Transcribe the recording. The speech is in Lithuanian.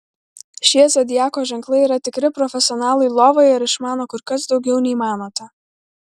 šie zodiako ženklai yra tikri profesionalai lovoje ir išmano kur kas daugiau nei manote